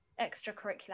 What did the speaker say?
extracurricular